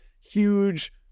huge